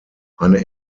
eine